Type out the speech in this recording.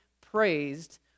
praised